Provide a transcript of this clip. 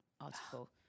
article